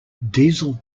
diesel